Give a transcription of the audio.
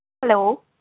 hello